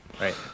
right